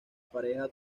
pareja